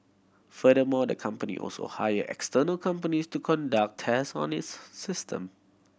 furthermore the company also hire external companies to conduct test on its system